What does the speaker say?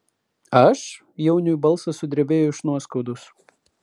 aš jauniui balsas sudrebėjo iš nuoskaudos